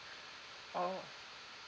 oh